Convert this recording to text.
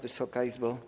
Wysoka Izbo!